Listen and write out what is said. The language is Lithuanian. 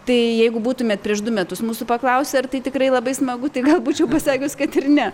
tai jeigu būtumėt prieš du metus mūsų paklausę ar tai tikrai labai smagu tai gal būčiau pasakius kad ir ne